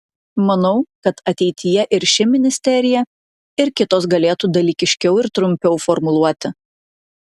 manau kad ateityje ir ši ministerija ir kitos galėtų dalykiškiau ir trumpiau formuluoti